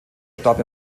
starb